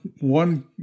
one